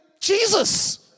Jesus